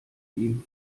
ihm